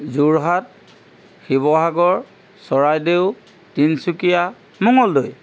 Jorhat Sivasagar Charaideo Tinsukia Mangaldai